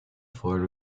ford